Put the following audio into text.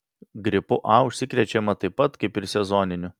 gripu a užsikrečiama taip pat kaip ir sezoniniu